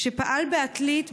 כשפעל בעתלית,